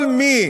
כל מי